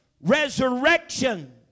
Resurrection